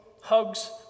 hugs